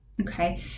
okay